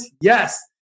yes